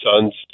son's